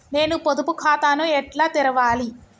నేను పొదుపు ఖాతాను ఎట్లా తెరవాలి?